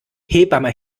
hebamme